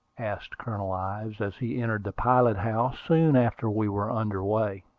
asked colonel ives, as he entered the pilot-house, soon after we were under way.